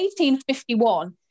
1851